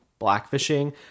blackfishing